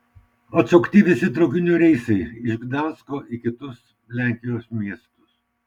atšaukti visi traukinių reisai iš gdansko į kitus lenkijos miestus